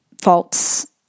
faults